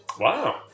Wow